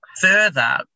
further